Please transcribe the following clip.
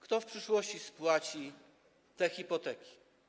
Kto w przyszłości spłaci te hipoteki?